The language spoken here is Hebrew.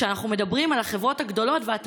כשאנחנו מדברים על החברות הגדולות ועל הטייקונים,